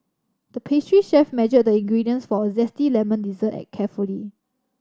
the pastry chef measured the ingredients for a zesty lemon dessert a carefully